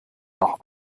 noch